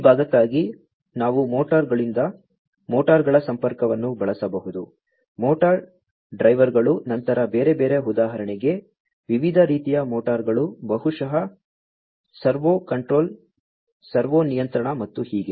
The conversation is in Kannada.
ಈ ಭಾಗಕ್ಕಾಗಿ ನಾವು ಮೋಟಾರ್ಗಳೊಂದಿಗೆ ಮೋಟಾರ್ಗಳ ಸಂಪರ್ಕವನ್ನು ಬಳಸಬಹುದು ಮೋಟಾರ್ ಡ್ರೈವರ್ಗಳು ನಂತರ ಬೇರೆ ಬೇರೆ ಉದಾಹರಣೆಗೆ ವಿವಿಧ ರೀತಿಯ ಮೋಟಾರ್ಗಳು ಬಹುಶಃ ಸರ್ವೋ ಕಂಟ್ರೋಲ್ ಸರ್ವೋ ನಿಯಂತ್ರಣ ಮತ್ತು ಹೀಗೆ